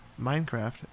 Minecraft